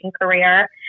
career